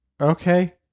Okay